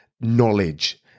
knowledge